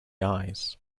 eyes